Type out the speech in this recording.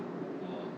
orh